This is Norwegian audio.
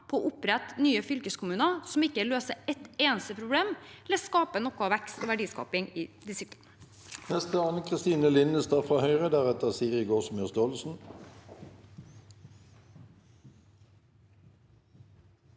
på å opprette nye fylkeskommuner, noe som ikke løser et eneste problem eller skaper noe vekst og verdiskaping i distriktene.